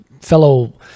fellow